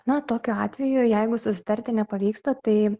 na tokiu atveju jeigu susitarti nepavyksta tai